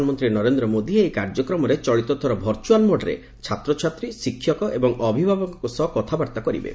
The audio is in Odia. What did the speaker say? ପ୍ରଧାନମନ୍ତ୍ରୀ ନରେନ୍ଦ୍ ମୋଦୀ ଏହି କାର୍ଯ୍ୟକ୍ମରେ ଚଳିତ ଥର ଭଚୁଆଲ୍ ମୋଡ୍ରେ ଛାତ୍ରଛାତ୍ରୀ ଶିକ୍ଷକ ଏବଂ ଅଭିଭାବକଙ୍କ ସହ କଥାବାର୍ତ୍ତା କରିବେ